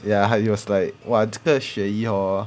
yeah he was like 这个 xue yi hor